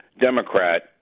Democrat